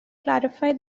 clarify